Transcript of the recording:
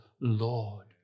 Lord